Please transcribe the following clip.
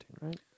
right